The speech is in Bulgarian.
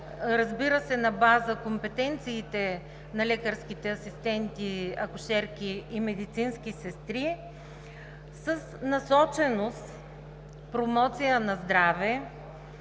разбира се, на базата компетенциите на лекарските асистенти, акушерки и медицински сестри, с насоченост към промоция на здраве,